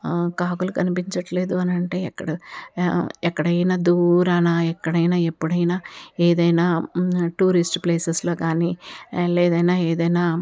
కాకులు కనిపించట్లేదు అనంటే ఎక్కడ ఎక్కడైనా దూరాన ఎక్కడైనా ఎప్పుడైనా ఏదైనా టూరిస్ట్ ప్లేసెస్లో కానీ లేదైనా ఏదైనా